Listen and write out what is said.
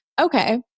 Okay